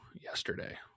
yesterday